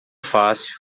fácil